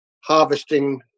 harvesting